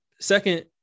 Second